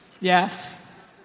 Yes